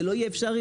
זה לא יהיה אפשרי.